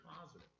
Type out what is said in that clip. positive